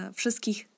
wszystkich